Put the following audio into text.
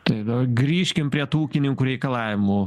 taip bet dar grįžkim prie tų ūkininkų reikalavimų